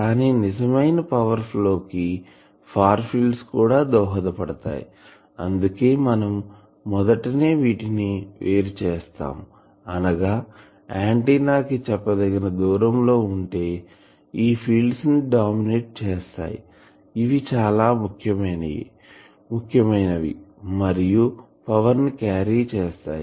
కానీ నిజమైన power flow కి ఫార్ ఫీల్డ్స్ కూడా దోహదపడతాయి అందుకే మనం మొదటనే వీటిని వేరు చేసాం అనగా ఆంటిన్నా కి చెప్పదగిన దూరం లో ఉంటే ఈ ఫీల్డ్స్ డామినెట్ చేస్తాయిఇవి చాలా ముఖ్యమైనవి మరియు పవర్ ని క్యారీ చేస్తాయి